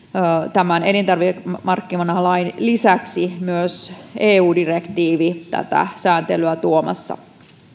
tämän elintarvikemarkkinalain lisäksi myös eu direktiivi tätä sääntelyä tuomassa